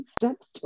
steps